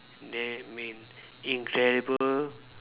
that mean incredible